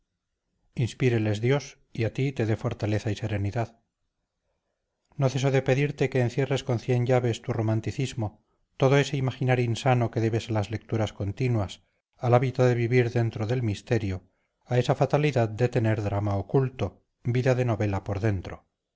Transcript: inspíreles dios y a ti te dé fortaleza y serenidad no ceso de pedirte que encierres con cien llaves tu romanticismo todo ese imaginar insano que debes a las lecturas continuas al hábito de vivir dentro del misterio a esa fatalidad de tener drama oculto vida de novela por dentro